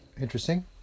Interesting